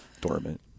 dormant